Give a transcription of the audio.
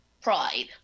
pride